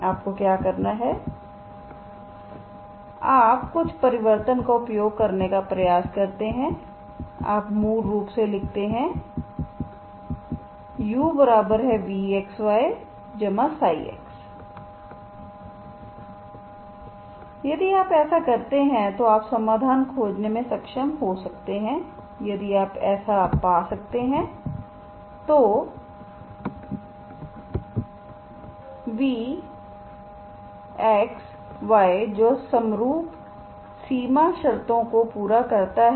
आपको क्या करना है आप कुछ परिवर्तन का उपयोग करने का प्रयास करते हैं आप मूल रूप से लिखते हैं uvxyѰ यदि आप ऐसा करते हैं तो आप समाधान खोजने में सक्षम हो सकते हैं यदि आप ऐसा पा सकते हैं vxy जो समरूप सीमा शर्तों को पूरा करता है